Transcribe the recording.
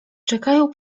czekają